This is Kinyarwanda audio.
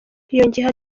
yongeyeho